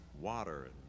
water